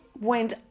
went